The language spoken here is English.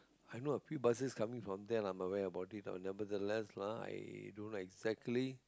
I know a few buses coming from there lah but where about it I nevertheless i don't know exactly